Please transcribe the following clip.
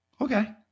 Okay